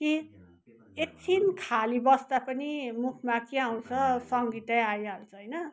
कि एकछिन खाली बस्दा पनि मुखमा के आउँछ सङ्गीतै आइहाल्छ होइन